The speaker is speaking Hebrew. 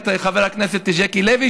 את חבר הכנסת ז'קי לוי,